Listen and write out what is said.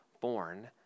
born